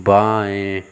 बाएँ